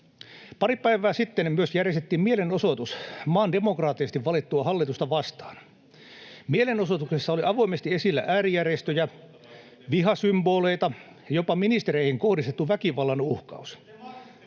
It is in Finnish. Pari päivää sitten järjestettiin myös mielenosoitus maan demokraattisesti valittua hallitusta vastaan. Mielenosoituksessa oli avoimesti esillä äärijärjestöjä, [Timo Harakan välihuuto] vihasymboleita ja jopa ministereihin kohdistettu väkivallan uhkaus.